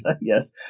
yes